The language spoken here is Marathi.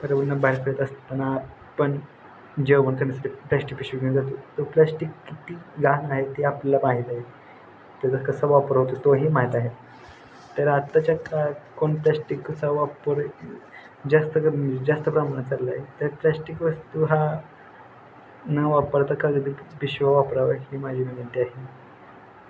पर्यावरण बाहेर फिरत असताना पण जेवण करण्यासाठी प्लॅस्टिक पिशवी घेऊन जातो तो प्लॅस्टिक किती घाण आहे ती आपल्याला माहीत आहे त्याचा कसा वापर होत अस्तो हेही माहीत आहे तर आत्ताच्या काळात कोणतं प्लॅस्टिकचा वापर जास्त करून जास्त प्रमाणात चाललाय तर प्लास्टिक वस्तू हा न वापरता कागदी पिशवी वापरावं ही माझी विनंती आहे